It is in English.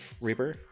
Reaper